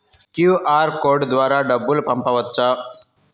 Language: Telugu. క్యూ.అర్ కోడ్ ద్వారా డబ్బులు పంపవచ్చా?